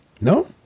No